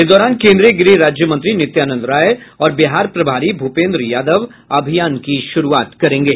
इस दौरान केन्द्रीय गृह राज्य मंत्री नित्यानंद राय और बिहार प्रभारी भूपेन्द्र यादव इस अभियान की शुरूआत करेंगे